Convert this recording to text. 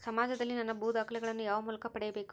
ಸಮಾಜದಲ್ಲಿ ನನ್ನ ಭೂ ದಾಖಲೆಗಳನ್ನು ಯಾವ ಮೂಲಕ ಪಡೆಯಬೇಕು?